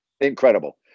incredible